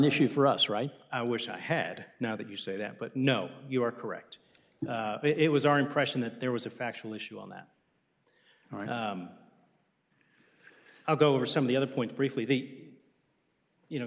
issue for us or i wish i had now that you say that but no you are correct it was our impression that there was a factual issue on that i'll go over some of the other point briefly the you know